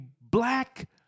black